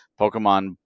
Pokemon